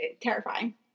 Terrifying